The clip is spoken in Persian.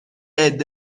عده